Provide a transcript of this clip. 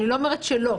אני לא אומרת שלא.